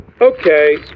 Okay